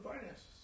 finances